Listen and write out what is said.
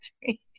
three